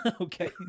Okay